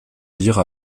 dire